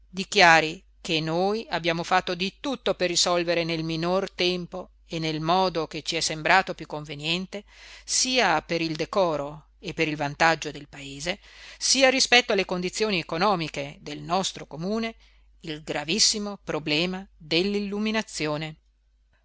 dichiari che noi abbiamo fatto di tutto per risolvere nel minor tempo e nel modo che ci è sembrato piú conveniente sia per il decoro e per il vantaggio del paese sia rispetto alle condizioni economiche del nostro comune il gravissimo problema